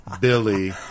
Billy